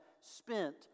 spent